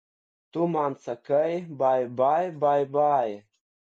tu man sakai bai bai bai bai